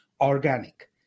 organic